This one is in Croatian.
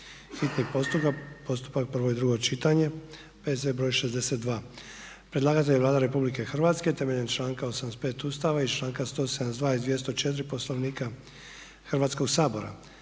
hitni postupak, prvo i drugo čitanje, P.Z. br. 48; Predlagatelj je Vlada Republike Hrvatske temeljem članka 85. Ustava Republike Hrvatske i članaka 172. i 204. Poslovnika Hrvatskog sabora.